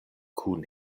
kun